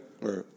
Right